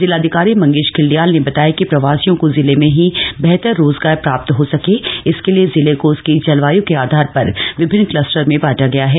जिलाधिकारी मंगेश घिल्डियाल ने बताया कि प्रवासियों को जिले में ही बेहतर रोजगार प्राप्त हो सके इसके लिए जिले को उसकी जलवाय् के आधार पर विभिन्न क्लस्टर में बांटा गया है